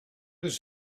his